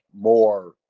more